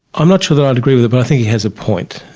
i'm not sure that i'd agree with but i think he has a point.